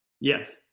Yes